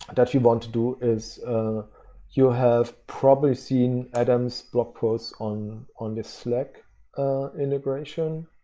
and that you want to do is you have probably seen adam's blog post on on this slack integration.